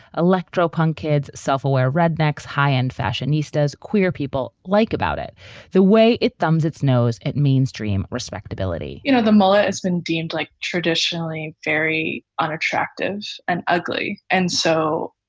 electro punk kids, self-aware rednecks, high end fashionistas, queer people like about it the way it thumbs its nose at mainstream respectability you know, the mullet has been deemed like traditionally very unattractive and ugly. and so,